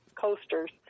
coasters